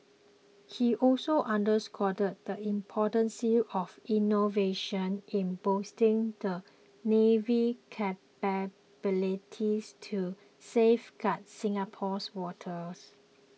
he also underscored the importance of innovation in boosting the navy's capabilities to safeguard Singapore's waters